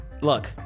Look